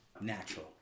natural